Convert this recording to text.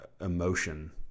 emotion